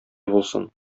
булсын